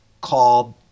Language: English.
called